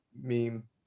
meme